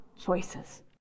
choices